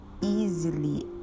easily